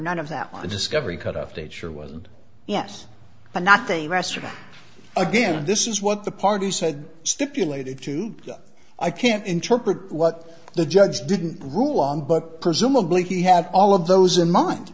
none of that was a discovery cutoff date sure wasn't yes but not the restaurant again this is what the party said stipulated to i can't interpret what the judge didn't rule on but presumably he had all of those in mind